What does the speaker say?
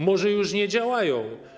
Może już nie działają?